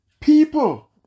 People